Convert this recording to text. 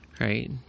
Right